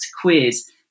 quiz